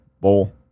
bowl